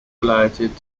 related